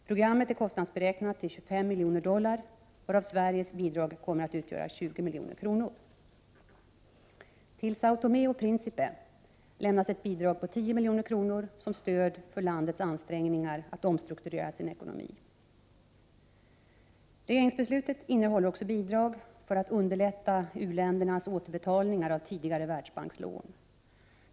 Programmet är kostnadsberäknat till 25 miljoner dollar, varav Sveriges bidrag kommer att utgöra 20 milj.kr. — Till Säo Tomé och Principe lämnas ett bidrag på 10 milj.kr. som stöd för landets ansträngningar att omstrukturera sin ekonomi. Regeringsbeslutet innehåller också bidrag för att underlätta u-ländernas återbetalningar av tidigare Världsbankslån.